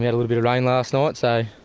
yeah little bit of rain last night so,